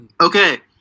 Okay